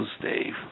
Dave